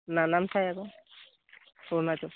নামচাই আকৌ অৰুণাচল